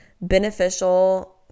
beneficial